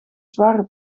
zware